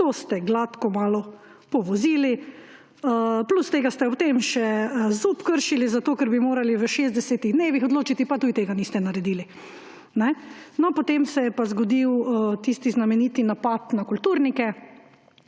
To ste gladko malo povozili. Plus tega ste potem še ZUP kršili, zato ker bi morali v 60 dnevih odločiti, pa tudi tega niste naredili. No, potem se je pa zgodil tisti znameniti napad na kulturnike,